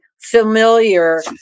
familiar